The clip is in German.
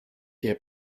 der